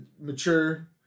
Mature